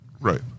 Right